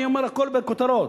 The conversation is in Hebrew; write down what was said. אני אומר הכול בכותרות.